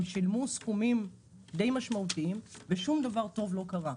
הם שילמו סכומים משמעותיים למדי ושום דבר טוב לא קרה.